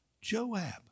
Joab